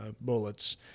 bullets